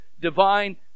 divine